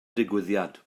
digwyddiad